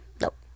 Nope